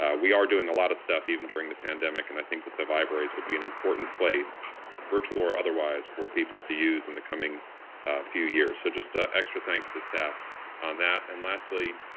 ah we are doing a lot of stuff even during the pandemic. and i think that the libraries will be an important place virtual or otherwise for people to use in the coming few years. so just an extra thanks to staff on that. and lastly,